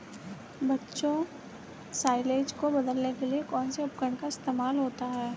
बच्चों साइलेज को बदलने के लिए कौन से उपकरण का इस्तेमाल होता है?